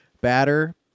batter